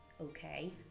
okay